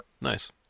Nice